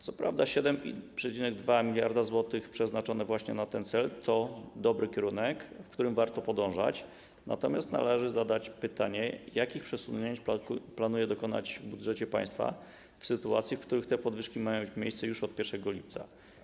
Co prawda 7,2 mld zł przeznaczone właśnie na ten cel to dobry kierunek, w którym warto podążać, natomiast należy zadać pytanie: Jakich przesunięć planujecie dokonać w budżecie państwa w sytuacji, w której te podwyżki mają mieć miejsce już od 1 lipca?